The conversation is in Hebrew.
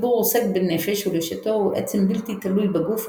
החיבור עוסק בנפש ולשיטתו היא עצם בלתי תלוי בגוף,